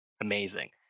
amazing